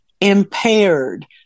impaired